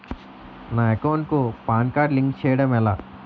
నా అకౌంట్ కు PAN card link చేయడం ఎలా?